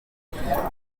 batabizi